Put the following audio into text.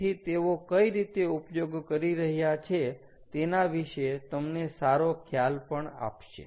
તેથી તેઓ કઈ રીતે ઉપયોગ કરી રહ્યા છે તેના વિષે તમને સારો ખ્યાલ પણ આપશે